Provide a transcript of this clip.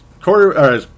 quarter